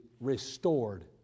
restored